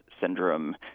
syndrome